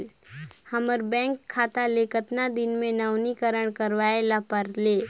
हमर बैंक खाता ले कतना दिन मे नवीनीकरण करवाय ला परेल?